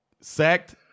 sacked